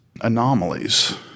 anomalies